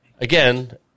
Again